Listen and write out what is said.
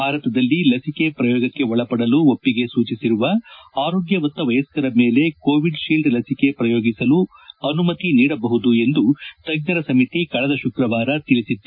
ಭಾರತದಲ್ಲಿ ಲಸಿಕೆ ಪ್ರಯೋಗಕ್ಷೆ ಒಳಪಡಲು ಒಪ್ಪಿಗೆ ಸೂಚಿಸಿರುವ ಆರೋಗ್ಲವಂತ ವಯಸ್ತರ ಮೇಲೆ ಕೋವಿಡ್ ಶೀಲ್ಡ್ ಲಸಿಕೆ ಪ್ರಯೋಗಿಸಲು ಅನುಮತಿ ನೀಡಬಹುದು ಎಂದು ತಜ್ಞರ ಸಮಿತಿ ಕಳೆದ ಶುಕ್ರವಾರ ತಿಳಿಸಿತ್ತು